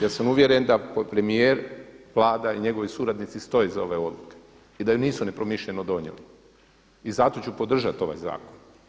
Ja sam uvjeren da premijer, Vlada i njegovi suradnici stoje iza ove odluke i da je nisu nepromišljeno donijeli i zato ću podržati ovaj zakon.